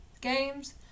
games